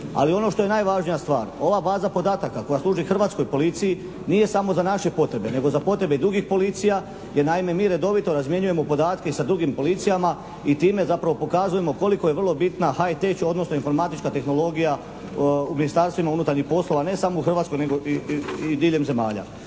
Ali ono što je najvažnija stvar, ova baza podataka koja služi hrvatskoj policiji nije samo za naše potrebe nego i za potrebe drugih policija, jer naime mi redovito razmjenjujemo podatke s drugim policijama i time zapravo pokazujemo koliko je vrlo bitna hi tech odnosno informatička tehnologija u Ministarstvima unutarnjih poslova ne samo u Hrvatskoj nego i diljem zemalja.